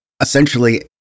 essentially